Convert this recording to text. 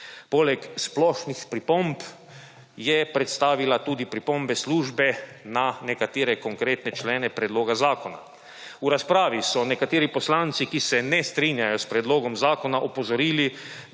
Poleg splošnih pripomb je predstavila tudi pripombe službe na nekatere konkretne člene predloga zakona. V razpravi so nekateri poslanci, ki se ne strinjajo s predlogom zakona, opozorili,